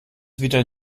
wieder